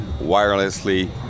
wirelessly